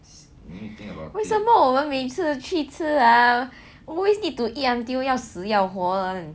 为什么我们每次去吃 ah always need to eat until 要死要活 [one]